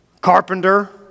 Carpenter